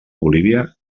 bolívia